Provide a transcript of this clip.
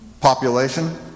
population